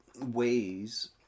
ways